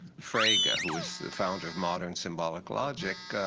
frege, who is the founder of modern symbolic logic,